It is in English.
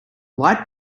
light